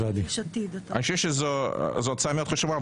אני חושב שזו הצעה מאוד חשובה,